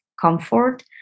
comfort